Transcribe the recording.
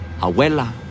Abuela